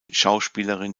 schauspielerin